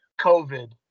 COVID